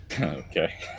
Okay